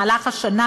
במהלך השנה,